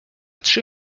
trzy